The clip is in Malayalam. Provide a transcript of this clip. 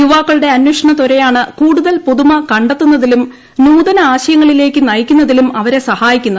യുവാക്കളുടെ അന്വേഷണ ത്വരയാണ് കൂടുതൽ പുതുമ കണ്ടെത്തുന്നതിലും നൂതന ആശയങ്ങളിലേയ്ക്ക് നയിക്കുന്നതിലും അവരെ സഹായിക്കുന്നത്